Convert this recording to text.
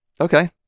Okay